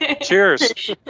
Cheers